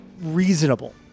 reasonable